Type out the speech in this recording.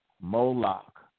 Moloch